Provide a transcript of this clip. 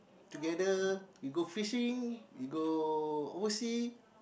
together we go fishing we go oversea